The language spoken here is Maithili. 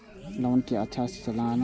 लोन के अच्छा से चलाना चाहि?